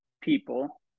people